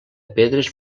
pedres